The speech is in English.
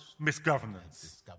misgovernance